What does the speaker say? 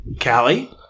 Callie